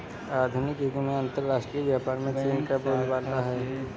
आधुनिक युग में अंतरराष्ट्रीय व्यापार में चीन का बोलबाला है